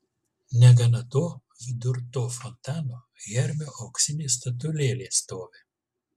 negana to vidur to fontano hermio auksinė statulėlė stovi